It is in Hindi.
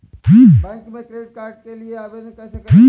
बैंक में क्रेडिट कार्ड के लिए आवेदन कैसे करें?